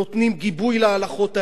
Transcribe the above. נותנים גיבוי להלכות האלה,